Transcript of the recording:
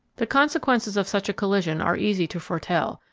the consequences of such a collision are easy to foretell,